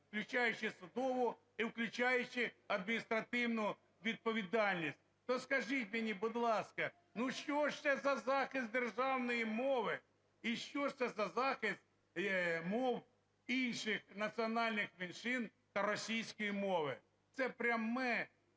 включаючи адміністративну відповідальність. То скажіть мені, будь ласка, ну, що ж це за захист державної мови і що ж це за захист мов інших національних меншин та російської мови? Це пряме